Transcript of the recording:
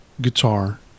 guitar